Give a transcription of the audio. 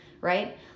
right